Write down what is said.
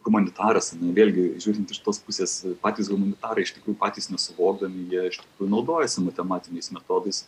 humanitaras vėlgi žiūrint iš tos pusės patys humanitarai iš tikrųjų patys nesuvokdami jie iš tikrųjų naudojasi matematiniais metodais